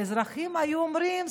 האזרחים היו אומרים,